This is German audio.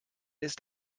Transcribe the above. ist